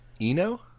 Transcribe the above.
Eno